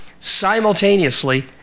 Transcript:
simultaneously